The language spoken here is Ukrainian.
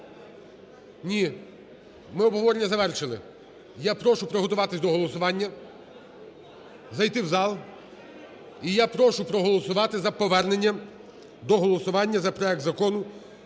Ні, ми обговорення завершили! Я прошу приготуватися до голосування, зайти в зал. І я прошу проголосувати за повернення до голосування за проект Закону